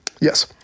Yes